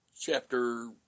chapter